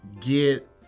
get